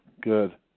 good